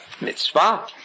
mitzvah